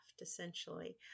essentially